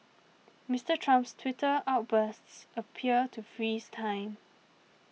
Mister Trump's Twitter outbursts appear to freeze time